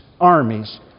armies